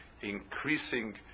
increasing